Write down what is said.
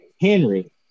Henry